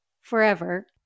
forever